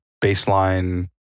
baseline